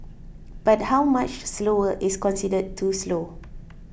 but how much slower is considered too slow